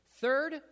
Third